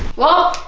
well.